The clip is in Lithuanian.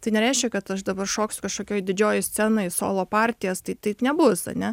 tai nereiškia kad aš dabar šoksiu kažkokioj didžiojoj scenoj solo partijas tai taip nebus ane